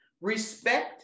respect